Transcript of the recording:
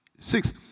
Six